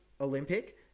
Olympic